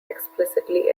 explicitly